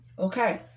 Okay